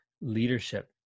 leadership